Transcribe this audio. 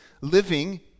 living